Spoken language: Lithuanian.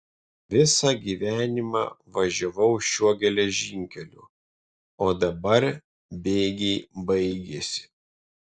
visą gyvenimą važiavau šiuo geležinkeliu o dabar bėgiai baigėsi